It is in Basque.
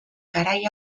garai